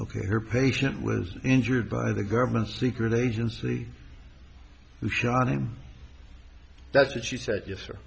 ok her patient was injured by the government's secret agency who shot him that's what she said yes sir